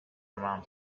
amount